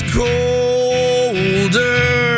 colder